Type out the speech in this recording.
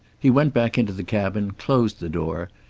he went back into the cabin, closed the door,